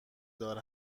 دار